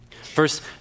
First